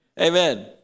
Amen